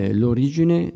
l'origine